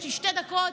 יש לי שתי דקות,